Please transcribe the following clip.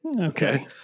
Okay